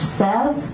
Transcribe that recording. says